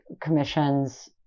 Commission's